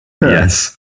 Yes